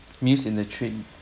meals in the train